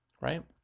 right